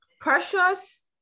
precious